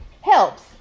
helps